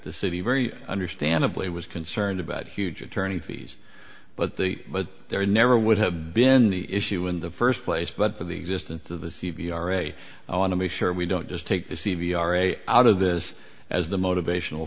the city very understandably was concerned about huge attorney fees but the there never would have been the issue in the first place but the existence of the c v r a i want to make sure we don't just take the c v r a out of this as the motivational